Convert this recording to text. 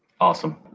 Awesome